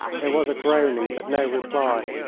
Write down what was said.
there was a groaning, but no reply.